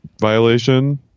violation